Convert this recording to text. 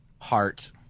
Heart